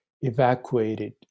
evacuated